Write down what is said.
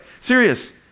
Serious